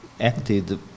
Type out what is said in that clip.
acted